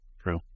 True